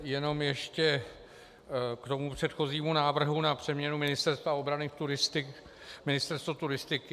Jenom ještě k tomu předchozímu návrhu na přeměnu Ministerstva obrany na ministerstvo turistiky.